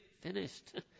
Finished